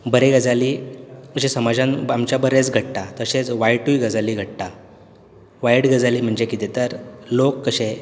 बरे गजाली जे समाजांत ब आमच्या बरेंच घडटा तशेंच वायटूय गजाली घडटा वायट गजाली म्हणजे कितें तर लोक कशे